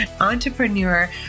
entrepreneur